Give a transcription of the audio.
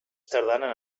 tardana